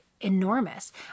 enormous